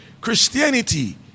Christianity